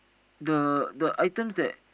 the the items that